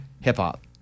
hip-hop